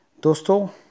Dosto